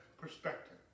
perspective